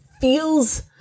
feels